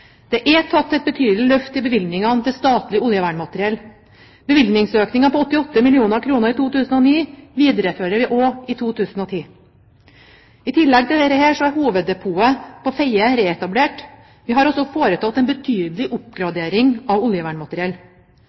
Det er tatt et betydelig løft i bevilgningene til statlig oljevernmateriell. Bevilgningsøkningen på 88 mill. kr i 2009 viderefører vi også i 2010. I tillegg til dette er hoveddepotet på Fedje reetablert. Vi har altså foretatt en betydelig oppgradering av oljevernmateriell.